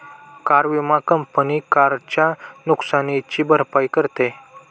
car विमा company कारच्या नुकसानीची भरपाई करते